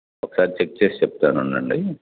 ఒకసారి చెక్ చేసి చెప్తానుండండి